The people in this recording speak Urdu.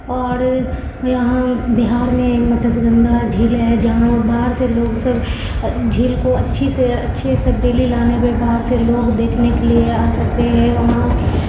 اور یہاں بہار میں متس گندا جھیل ہے جہاں باہر سے لوگ سب جھیل کو اچھی سے اچھی تبدیلی لانے پہ باہر سے لوگ دیکھنے کے لیے آ سکتے ہیں وہاں